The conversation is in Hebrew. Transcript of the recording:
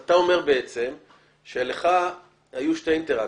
אתה אומר בעצם שלך היו שתי אינטראקציות,